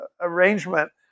arrangement